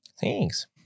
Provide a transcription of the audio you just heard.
Thanks